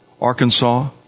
Arkansas